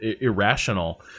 Irrational